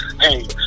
hey